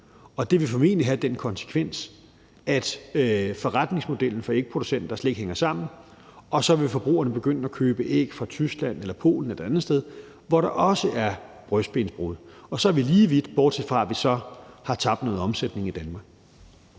og det vil formentlig have den konsekvens, at forretningsmodellen for ægproducenter slet ikke hænger sammen, og så vil forbrugerne begynde at købe æg fra Tyskland eller Polen eller et andet sted, hvor der også er brystbensbrud. Og så er vi lige vidt – bortset fra at vi så har tabt noget omsætning i Danmark.